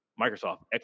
Microsoft